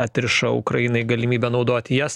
atrišo ukrainai galimybę naudoti jas